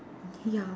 ya